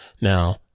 Now